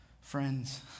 friends